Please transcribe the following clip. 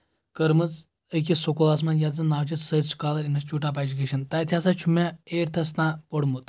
کٔرمٕژ أکِس سکوٗلَس منٛز یَتھ زَن ناو چھُ Saeed scholar institute of education تَتہِ ہَسا چھُ مےٚ ایٹتھَس تانۍ پوٚرمُت